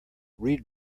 read